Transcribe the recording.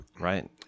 right